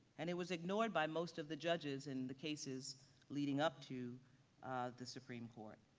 and it was ignored by most of the judges in the cases leading up to the supreme court.